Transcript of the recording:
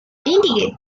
indicate